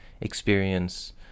experience